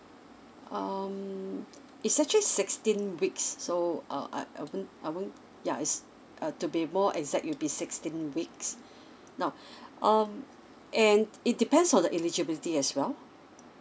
um it's actually sixteen weeks so uh I I won't I won't yeah is uh to be more exact it will be sixteen weeks now um and it depends on the eligibility as well